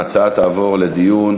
ההצעה תעבור לדיון.